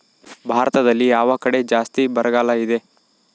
ಭಾರತದಲ್ಲಿ ಯಾವ ಕಡೆ ಜಾಸ್ತಿ ಬರಗಾಲ ಇದೆ?